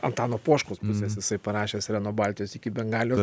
antano poškos pusės jisai parašęs yra nuo baltijos iki bengalijos